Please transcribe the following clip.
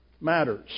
Matters